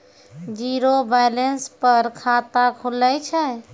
Zero balance पर खाता खुले छै?